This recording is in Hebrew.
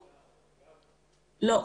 לא,